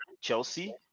Chelsea